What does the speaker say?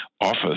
office